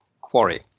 quarry